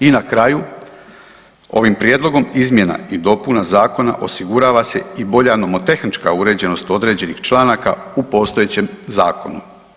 I na kraju, ovim prijedlogom izmjena i dopuna zakona osigurava se i bolja nomotehnička uređenost određenih članaka u postojećem zakonu.